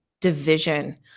division